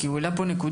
כי הוא העלה פה נקודה,